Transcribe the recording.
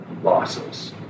Losses